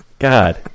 God